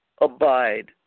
abide